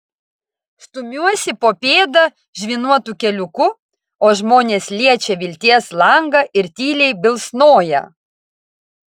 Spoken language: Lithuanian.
stumiuosi po pėdą žvyruotu keliuku o žmonės liečia vilties langą ir tyliai bilsnoja